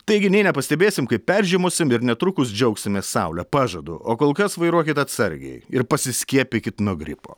taigi nė nepastebėsim kaip peržiemosim ir netrukus džiaugsimės saule pažadu o kol kas vairuokit atsargiai ir pasiskiepykit nuo gripo